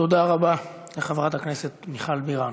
תודה רבה לחברת הכנסת מיכל בירן.